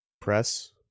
Press